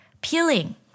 peeling